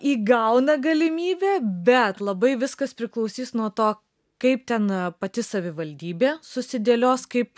įgauna galimybę bet labai viskas priklausys nuo to kaip ten pati savivaldybė susidėlios kaip